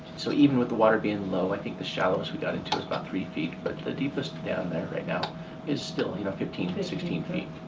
so even with the water being low, i think the shallowest we got into was about three feet, but the deepest down there right now is still you know fifteen, sixteen feet.